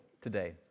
today